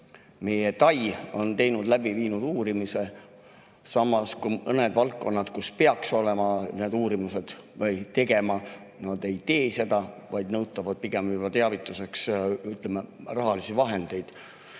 meie TAI on läbi viinud uurimise, samas kui mõned valdkonnad, kus peaks need uuringud tegema, nad ei tee seda, vaid nõutavad pigem teavituseks rahalisi vahendeid.